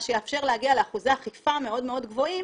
מה שיאפשר להגיע לאחוזי אכיפה מאוד מאוד גבוהים